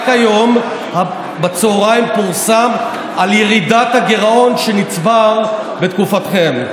רק היום בצוהריים פורסם על ירידת הגירעון שנצבר בתקופתכם.